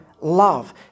love